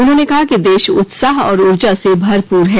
उन्होंने कहा कि देश उत्साह और ऊर्जा से भरपुर है